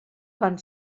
van